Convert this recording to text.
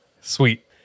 Sweet